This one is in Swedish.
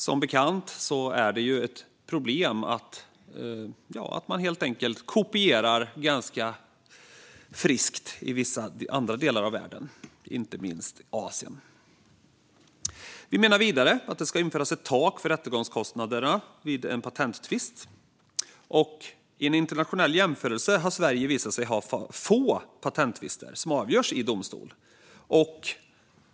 Som bekant är det ett problem att man helt enkelt kopierar ganska friskt i andra delar av världen, inte minst i Asien. Vi menar vidare att det ska införas ett tak för rättegångskostnader vid patenttvist. I en internationell jämförelse har Sverige visat sig ha få patenttvister som avgörs i domstol.